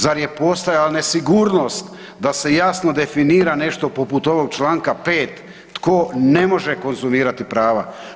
Zar je postojala nesigurnost da se jasno definira nešto poput ovog čl. 5. tko ne može konzumirati prava.